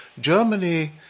Germany